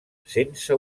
sense